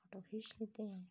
photo खींच लेते हैं